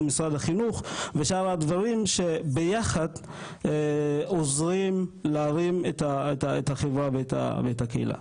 או משרד החינוך ושאר הדברים שביחד עוזרים להרים את החברה ואת הקהילה.